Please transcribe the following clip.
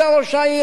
גם לאור-עקיבא,